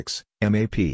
M-A-P